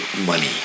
money